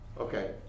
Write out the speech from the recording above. Okay